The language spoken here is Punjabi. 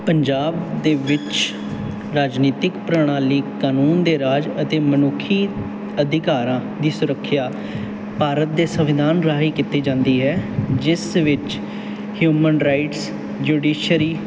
ਪੰਜਾਬ ਦੇ ਵਿੱਚ ਰਾਜਨੀਤਿਕ ਪ੍ਰਣਾਲੀ ਕਾਨੂੰਨ ਦੇ ਰਾਜ ਅਤੇ ਮਨੁੱਖੀ ਅਧਿਕਾਰਾਂ ਦੀ ਸੁਰੱਖਿਆ ਭਾਰਤ ਦੇ ਸੰਵਿਧਾਨ ਰਾਹੀਂ ਕੀਤੀ ਜਾਂਦੀ ਹੈ ਜਿਸ ਵਿੱਚ ਹਿਊਮਨ ਰਾਈਟਸ ਜੁਡੀਸ਼ਰੀ